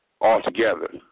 altogether